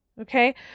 Okay